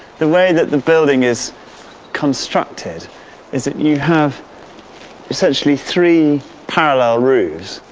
the way that the building is constructed is that you have essentially three parallel roofs.